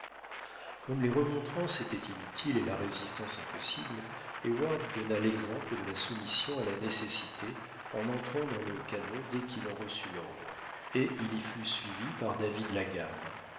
comme les remontrances étaient inutiles et la résistance impossible heyward donna l'exemple de la soumission à la nécessité en entrant dans le canot dès qu'il en reçut l'ordre et il y fut suivi par david la gamme